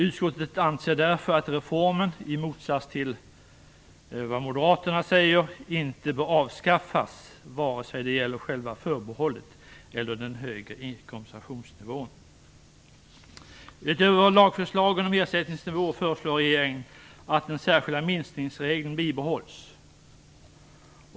Utskottet anser därför - i motsats till moderaterna - att reformen inte bör avskaffas vare sig det gäller själva förbehållet eller den högre kompensationsnivån. Utöver lagförslagen om ersättningsnivåer föreslår regeringen att den särskilda minskningsregeln bibehålls.